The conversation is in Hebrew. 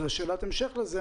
שאלת המשך לזה,